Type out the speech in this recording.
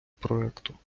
проекту